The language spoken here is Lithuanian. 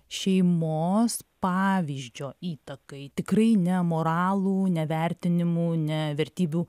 šeimos pavyzdžio įtakai tikrai ne moralų ne vertinimų ne vertybių